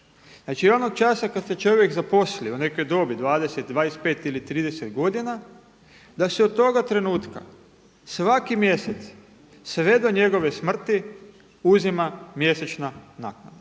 Znači, onog časa kad se čovjek zaposli u nekoj dobi 20, 25 ili 30 godina da se od toga trenutka svaki mjesec sve do njegove smrti uzima mjesečna naknada.